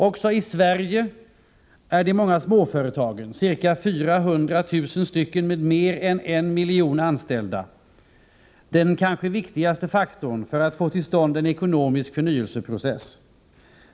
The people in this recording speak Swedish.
Också i Sverige är de många småföretagen — cirka 400 000 stycken med mer än 1 miljon sysselsatta — den kanske viktigaste faktorn för att få till stånd en ekonomisk förnyelseprocess.